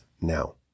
now